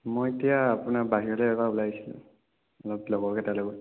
মই এতিয়া আপোনাৰ বাহিৰলে অলপ ওলাই আহিছো অলপ লগৰকেইটাৰ লগত